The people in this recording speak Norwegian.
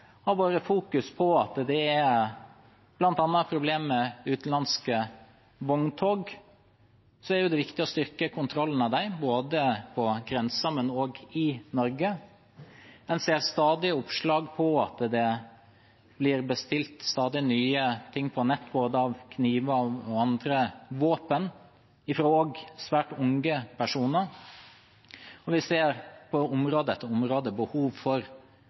har vært fokus bl.a. på problemer med utenlandske vogntog, er det viktig å styrke kontrollen av dem, både på grensen og i Norge. En ser stadig oppslag om at det blir bestilt nye ting på nett av både kniver og andre våpen, også av svært unge personer. Vi ser på område etter område behov for